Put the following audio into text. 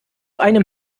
einem